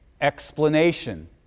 explanation